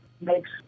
makes